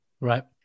Right